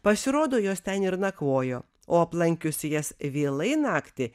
pasirodo jos ten ir nakvojo o aplankius jas vėlai naktį